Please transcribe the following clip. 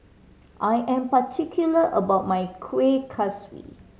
I am particular about my Kueh Kaswi